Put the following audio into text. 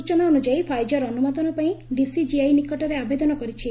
ସୂଚନା ଅନୁଯାୟୀ ଫାଇଜର୍ ଅନୁମୋଦନ ପାଇଁ ଡିସିଜିଆଇ ନିକଟରେ ଆବେଦନ କରିଛି